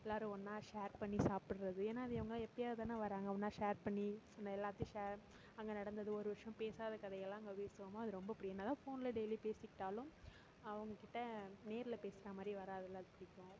எல்லாரும் ஒன்றா ஷேர் பண்ணி சாப்பிட்றது ஏன்னால் அது அவங்கள்லாம் எப்போயாவது தானே வராங்க ஒன்றா ஷேர் பண்ணி நம்ம எல்லாத்தையும் ஷேர் அங்கே நடந்தது ஒரு வருஷம் பேசாத கதையெல்லாம் அங்கே பேசுவோமோ அது ரொம்ப பிடிக்கும் என்ன தான் ஃபோனில் டெய்லி பேசிக்கிட்டாலும் அவங்ககிட்ட நேரில் பேசுகிற மாதிரி வராதில்ல அது பிடிக்கும்